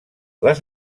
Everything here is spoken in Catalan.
les